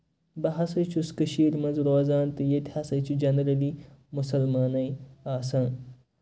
بہٕ ہسا چھُس کٔشیٖر منٛز روزان تہٕ ییٚتہِ ہسا چھِ جنرٔلی مُسلمانٕے آسان